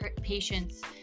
patients